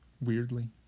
weirdly